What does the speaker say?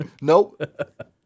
Nope